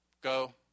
Go